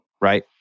right